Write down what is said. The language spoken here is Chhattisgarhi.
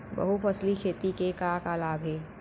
बहुफसली खेती के का का लाभ हे?